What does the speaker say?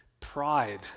pride